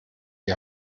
die